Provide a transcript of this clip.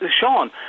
Sean